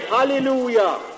Hallelujah